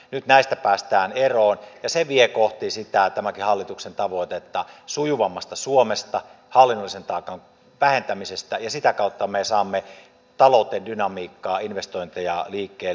nyt näistä päästään eroon ja se vie kohti tämänkin hallituksen tavoitetta sujuvammasta suomesta hallinnollisen taakan vähentämisestä ja sitä kautta me saamme talouteen dynamiikkaa investointeja liikkeelle